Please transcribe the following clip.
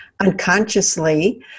unconsciously